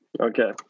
Okay